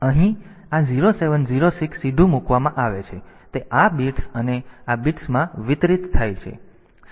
તેથી અહીં આ 0 7 0 6 સીધું મૂકવામાં આવે છે તે આ બિટ્સ અને આ બિટ્સમાં વિતરિત થાય છે